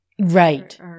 Right